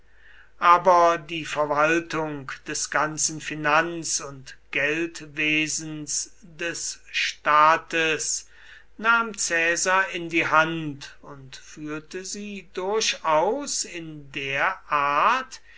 aber die verwaltung des ganzen finanz und geldwesens des staates nahm caesar in die hand und führte sie durchaus in der art